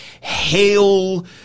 hail